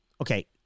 Okay